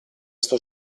sto